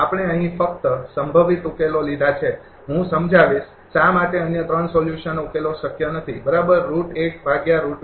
આપણે અહીં ફક્ત સંભવિત ઉકેલો લીધા છે હું સમજાવીશ શા માટે અન્ય ૩ સોલ્યુશન્સ શક્ય ઉકેલો નથી બરાબર રુટ ૧ ભાગ્યા રુટ ૨